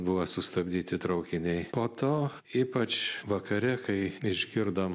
buvo sustabdyti traukiniai po to ypač vakare kai išgirdom